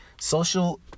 Social